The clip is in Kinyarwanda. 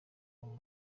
urwo